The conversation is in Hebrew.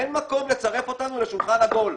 אין מקום לצרף אותנו לשולחן עגול.